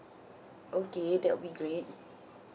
okay that will be great